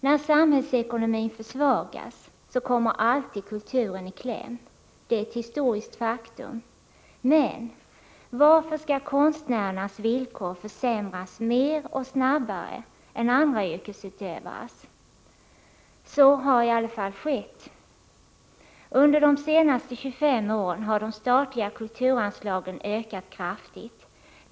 När samhällsekonomin försvagas kommer alltid kulturen i kläm — det är ett historiskt faktum — men varför skall konstnärernas villkor försämras mer och snabbare än andra yrkesutövares? Så har i alla fall skett. Under de senaste 25 åren har de statliga kulturanslagen ökat kraftigt.